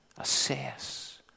assess